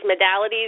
modalities